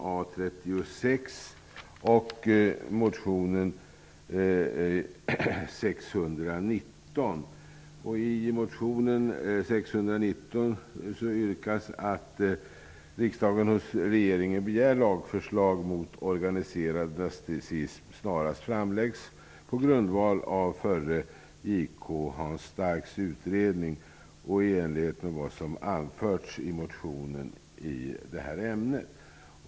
Vi har bl.a. yrkas att riksdagen hos regeringen begär att ett lagförslag mot organiserad rasism snarast framläggs på grundval av förre JK Hans Starks utredning och i enlighet med vad som anförts i motionen i det här ämnet.